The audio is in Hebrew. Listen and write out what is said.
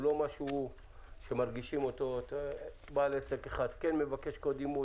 הוא לא משהו שמרגישים אותו בעל עסק אחד כן מבקש קוד אימות,